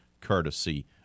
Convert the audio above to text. courtesy